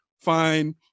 fine